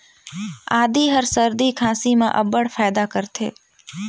आदी हर सरदी खांसी में अब्बड़ फएदा करथे